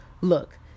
look